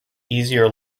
easier